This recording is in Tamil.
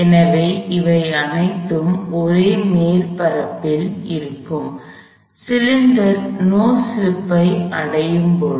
எனவே இவை அனைத்தும் ஒரே மேற்பரப்பில் இருக்கும் சிலிண்டர் நோ ஸ்லிப்பை அடையும் போது